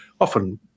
often